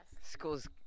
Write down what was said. school's